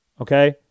Okay